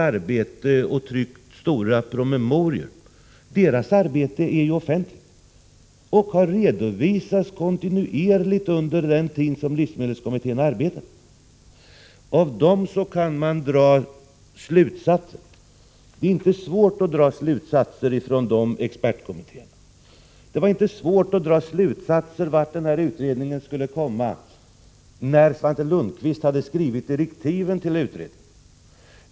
Expertkommittéerna har ju tryckt omfattande promemorior och redovisat sina resultat kontinuerligt under den tid som livsmedelskommittén har arbetat. Av dessa expertkommittéers promemorior kan man dra slutsatser. Det är inte svårt. Det var inte heller svårt att dra slutsatser om vad utredningen skulle resultera i, när Svante Lundkvist hade skrivit direktiven till utredningen.